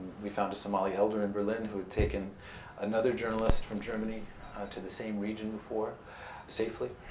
we found a somali elder in berlin who had taken another journalist from germany to the same region before safely.